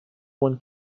one